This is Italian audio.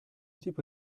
tipo